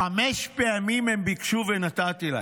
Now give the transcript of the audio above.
חמש פעמים הם ביקשו ונתתי להם.